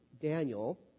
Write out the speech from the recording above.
Daniel